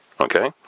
Okay